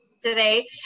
today